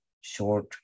short